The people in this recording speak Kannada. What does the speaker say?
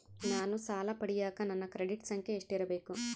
ನಾನು ಸಾಲ ಪಡಿಯಕ ನನ್ನ ಕ್ರೆಡಿಟ್ ಸಂಖ್ಯೆ ಎಷ್ಟಿರಬೇಕು?